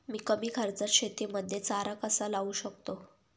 मी कमी खर्चात शेतीमध्ये चारा कसा लावू शकतो?